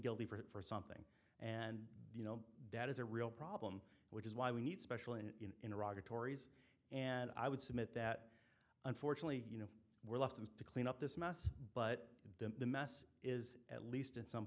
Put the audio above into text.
guilty for something and you know that is a real problem which is why we need special in iraq to tory's and i would submit that unfortunately you know we're left him to clean up this mess but the mess is at least in some